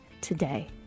today